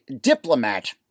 Diplomat